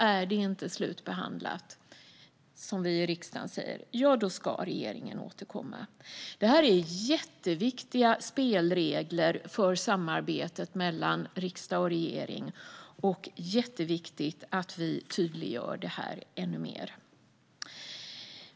Är det inte slutbehandlat, som vi i riksdagen säger, ska regeringen återkomma. Detta är jätteviktiga spelregler för samarbetet mellan riksdag och regering, och det är jätteviktigt att vi tydliggör detta ännu mer.